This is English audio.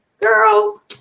Girl